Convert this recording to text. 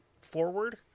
forward